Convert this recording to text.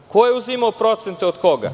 Ko je uzimao procente od koga?